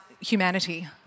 humanity